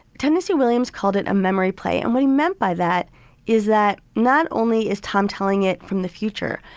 tennessee. williams called it a memory play. and what he meant by that is that not only is tom telling it from the future,